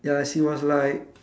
ya she was like